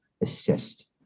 assist